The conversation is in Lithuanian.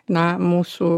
na mūsų